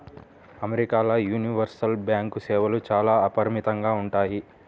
అమెరికాల universal bank సేవలు చాలా అపరిమితంగా ఉంటాయి